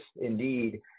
indeed